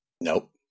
Nope